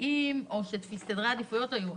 או שסדרי העדיפויות לא היו נכונים.